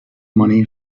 money